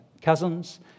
cousins